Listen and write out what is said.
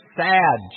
sad